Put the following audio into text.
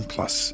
Plus